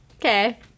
Okay